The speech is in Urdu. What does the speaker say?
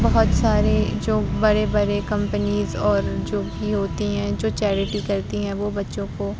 بہت سارے جو بڑے بڑے کمپنیز اور جو بھی ہوتی ہیں جو چیریٹی کرتی ہیں وہ بچوں کو